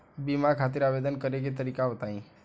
बीमा खातिर आवेदन करे के तरीका बताई?